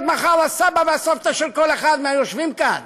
מחר הסבא והסבתא של כל אחד מהיושבים כאן,